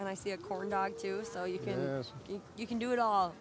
and i see a corn dog too so you can you can do it all